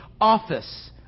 office